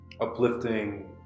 uplifting